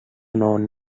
known